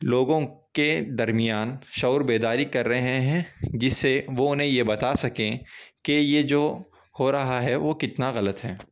لوگوں کے درمیان شعور بیداری کر رہے ہیں جس سے وہ اُنہیں یہ بتا سکیں کہ یہ جو ہو رہا ہے وہ کتنا غلط ہے